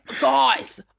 Guys